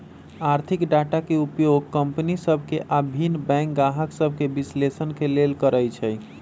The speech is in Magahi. आर्थिक डाटा के उपयोग कंपनि सभ के आऽ भिन्न बैंक गाहक सभके विश्लेषण के लेल करइ छइ